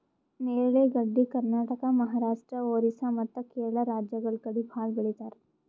ನೇರಳೆ ಗಡ್ಡಿ ಕರ್ನಾಟಕ, ಮಹಾರಾಷ್ಟ್ರ, ಓರಿಸ್ಸಾ ಮತ್ತ್ ಕೇರಳ ರಾಜ್ಯಗಳ್ ಕಡಿ ಭಾಳ್ ಬೆಳಿತಾರ್